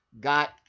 got